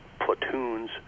platoons